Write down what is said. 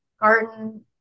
garden